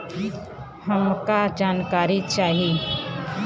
हमका जानकारी चाही?